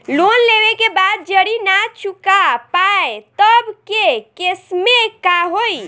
Loan लेवे के बाद जड़ी ना चुका पाएं तब के केसमे का होई?